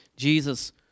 Jesus